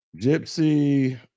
Gypsy